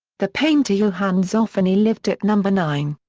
the painter johann zoffany lived at number nine.